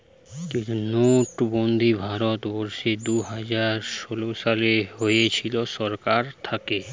নোটবন্দি ভারত বর্ষে দুইহাজার ষোলো সালে হয়েছিল সরকার থাকে